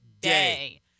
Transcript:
day